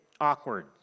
awkward